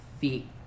feet